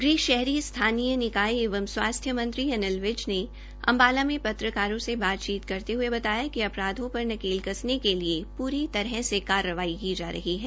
गृह शहरी स्थानीय निकाय एवं स्वास्थ्य मंत्री अनिल विज ने अंबाला में पत्रकारो से बातचीत करते हए बताया कि अपराधों पर नकेल कसने के लिए पूरी तरह से कार्रवाई की जा रही है